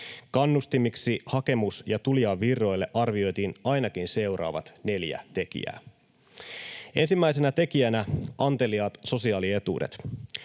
Kannustimiksi hakemus- ja tulijavirroille arvioitiin ainakin seuraavat neljä tekijää: Ensimmäisenä tekijänä anteliaat sosiaalietuudet.